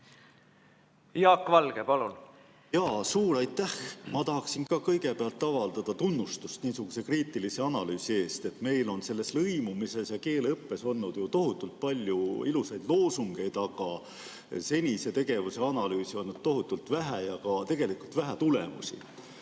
Jaak Valge, palun! Suur aitäh! Ma tahaksin ka kõigepealt avaldada tunnustust niisuguse kriitilise analüüsi eest. Meil on selles lõimumises ja keeleõppes olnud ju tohutult palju ilusaid loosungeid, aga senise tegevuse analüüsi on olnud tohutult vähe ja ka vähe tulemusi.